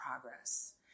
progress